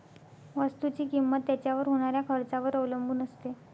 वस्तुची किंमत त्याच्यावर होणाऱ्या खर्चावर अवलंबून असते